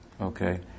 Okay